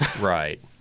Right